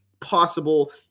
possible